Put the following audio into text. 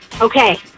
Okay